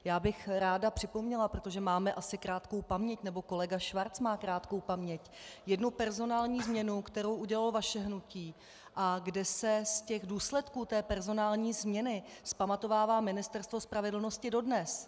Já bych ráda připomněla, protože máme asi krátkou paměť, nebo kolega Schwarz má krátkou paměť, jednu personální změnu, kterou udělalo vaše hnutí a kde se z těch důsledků té personální změny vzpamatovává Ministerstvo spravedlnosti dodnes.